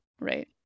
Right